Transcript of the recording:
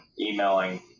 emailing